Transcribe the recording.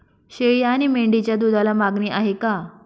शेळी आणि मेंढीच्या दूधाला मागणी आहे का?